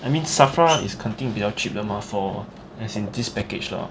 I mean SAFRA is 肯定比较 cheap 的 mah for as in this package lah